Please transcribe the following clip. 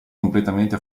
completamente